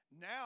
Now